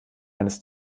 eines